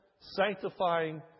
sanctifying